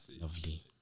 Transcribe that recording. Lovely